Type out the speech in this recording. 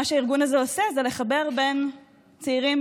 מה שהארגון הזה עושה זה לחבר בין צעירים,